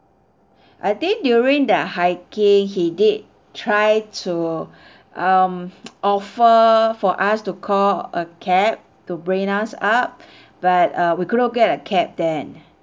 I think during the hiking he did try to um offer for us to call a cab to bring us up but uh we couldn't get a cab then